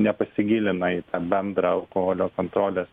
nepasigilina į tą bendrą alkoholio kontrolės